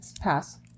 Pass